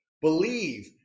believe